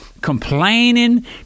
complaining